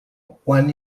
juan